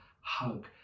hug